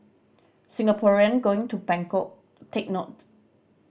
Singaporean going to Bangkok take note